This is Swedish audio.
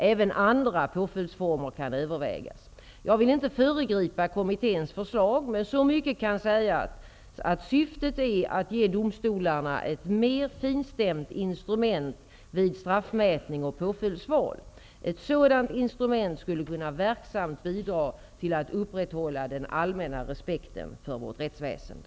Även andra påföljdsformer kan övervägas. Jag vill inte föregripa kommitténs förslag, men så mycket kan sägas att syftet är att ge domstolarna ett mer finstämt instrument vid straffmätning och påföljdsval. Ett sådant instrument skulle kunna verksamt bidra till att upprätthålla den allmänna respekten för vårt rättsväsende.